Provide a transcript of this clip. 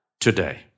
today